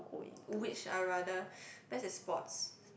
which I rather best is sports